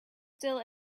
still